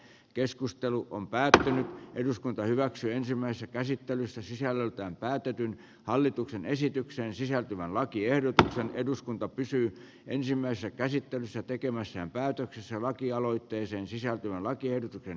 keskustelu on päättänyt eduskunta hyväksyi ensimmäisen käsittelyssä sisällöltään päätetyn hallituksen esitykseen sisältyvän lakiehdotuksen eduskunta pysyy ensimmäisessä käsittelyssä tekemässään päätöksessä lakialoitteeseen sisältyvän lakiehdotuksen